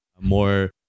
more